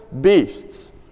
beasts